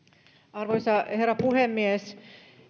arvoisa herra puhemies